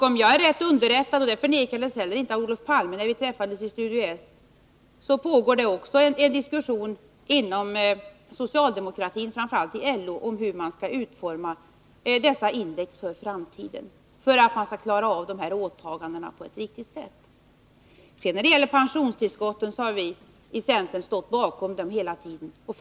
Om jag är rätt underrättad — och det förnekades inte av Olof Palme när vi träffades i Studio S — pågår det också en diskussion inom socialdemokratin och framför allt inom LO om hur man skall utforma dessa index för framtiden, för att vi skall klara av dessa åtaganden på ett riktigt sätt. Vii centern har hela tiden stått bakom pensionstillskotten.